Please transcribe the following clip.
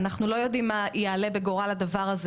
אנחנו לא יודעים מה יעלה בגורל הדבר הזה